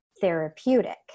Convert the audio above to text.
therapeutic